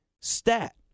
stat